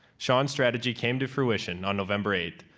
sean's strategy came to fruition on november eight,